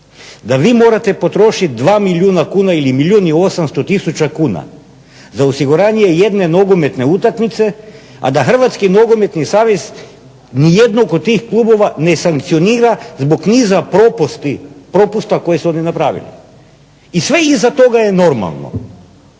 da vi morate potrošiti 2 milijuna kuna ili milijun i 800 tisuća kuna za osiguranje jedne nogometne utakmice, a da HNS nijednog od tih klubova ne sankcionira zbog niza propusta koje su oni napravili. I sve iza toga je normalno.